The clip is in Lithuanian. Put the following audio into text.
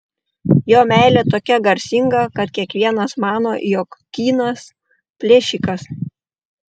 jo meilė tokia garsinga kad kiekvienas mano jog kynas plėšikas